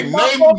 name